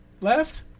left